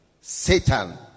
Satan